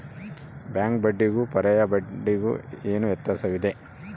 Bank ಬಡ್ಡಿಗೂ ಪರ್ಯಾಯ ಬಡ್ಡಿಗೆ ಏನು ವ್ಯತ್ಯಾಸವಿದೆ?